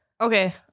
Okay